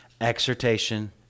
exhortation